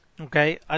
Okay